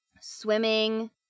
swimming